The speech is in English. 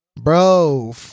Bro